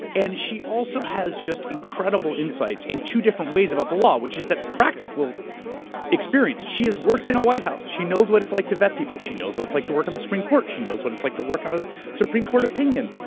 and she also has incredible insights in two different ways about the law, which is that practical experience, she has worked in a white house, she knows what it's like to vet people, she knows what it's like to work on the supreme court, she knows what it's like to work on a supreme court opinion.